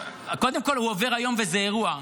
קודם כול, הוא עובר היום, וזה אירוע.